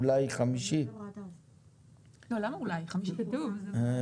לתאם איתו והיתה לנו איתו שיחה אתמול.